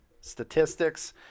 statistics